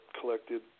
collected